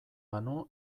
banu